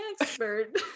expert